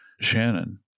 Shannon